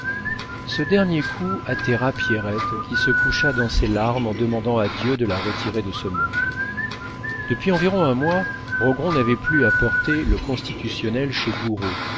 ce dernier coup atterra pierrette qui se coucha dans ses larmes en demandant à dieu de la retirer de ce monde depuis environ un mois rogron n'avait plus à porter le constitutionnel chez